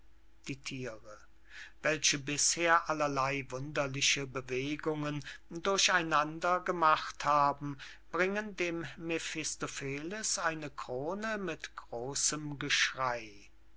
die thiere welche bisher allerley wunderliche bewegungen durch einander gemacht haben bringen dem mephistopheles eine krone mit großem geschrey